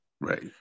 Right